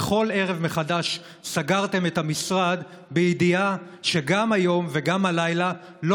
בכל ערב מחדש סגרתם את המשרד בידיעה שגם היום וגם הלילה לא